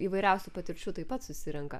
įvairiausių patirčių taip pat susirenka